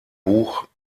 buch